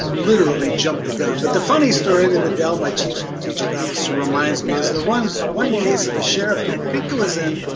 literally jumped the gun. but the funny story that adele, my chief strategic officer reminds me, is the one one case of a sheriff and i think it was in